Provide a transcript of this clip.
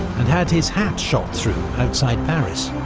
and had his hat shot through outside paris.